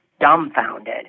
dumbfounded